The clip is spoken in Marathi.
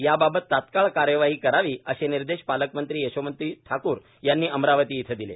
याबाबत तात्काळ कारवाई करावी असे निर्देश पालकमंत्री यशोमती ठाकूर यांनी अमरावती इथं दिले